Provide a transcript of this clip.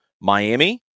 Miami